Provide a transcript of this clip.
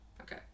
Okay